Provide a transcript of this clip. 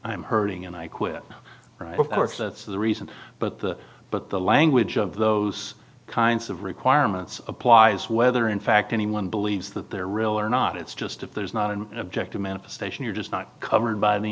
i'm hurting and i quit work that's the reason but the but the language of those kinds of requirements applies whether in fact anyone believes that they're real or not it's just if there's not an objective manifestation you're just not covered by the